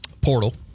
portal